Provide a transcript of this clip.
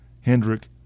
Hendrick